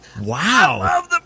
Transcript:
Wow